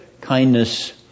kindness